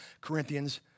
Corinthians